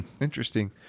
Interesting